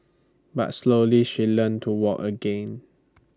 but slowly she learnt to walk again